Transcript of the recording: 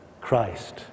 Christ